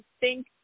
thank